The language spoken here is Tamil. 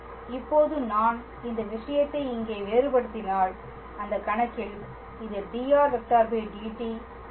இப்போது நான் இந்த விஷயத்தை இங்கே வேறுபடுத்தினால் அந்த கணக்கில் இது dr dt ஆகும்